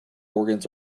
organs